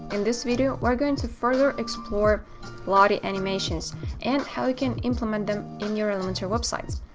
in this video, we're going to further explore lottie animations and how you can implement them in your elementor websites.